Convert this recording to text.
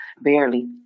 Barely